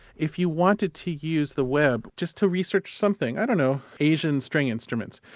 if you wanted to use the web just to research something, i don't know, asian string instruments,